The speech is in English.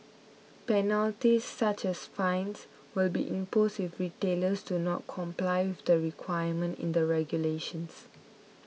penalties such as fines will be imposed if retailers do not comply with the requirement in the regulations